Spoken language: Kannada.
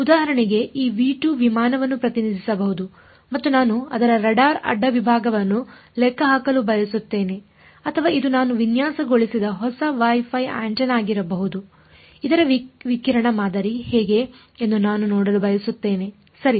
ಉದಾಹರಣೆಗೆ ಈ ವಿಮಾನವನ್ನು ಪ್ರತಿನಿಧಿಸಬಹುದು ಮತ್ತು ನಾನು ಅದರ ರಾಡಾರ್ ಅಡ್ಡ ವಿಭಾಗವನ್ನು ಲೆಕ್ಕಹಾಕಲು ಬಯಸುತ್ತೇನೆ ಅಥವಾ ಇದು ನಾನು ವಿನ್ಯಾಸಗೊಳಿಸಿದ ಹೊಸ ವೈ ಫೈ ಆಂಟೆನಾ ಆಗಿರಬಹುದು ಇದರ ವಿಕಿರಣ ಮಾದರಿ ಹೇಗೆ ಎಂದು ನಾನು ನೋಡಲು ಬಯಸುತ್ತೇನೆ ಸರಿ